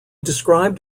described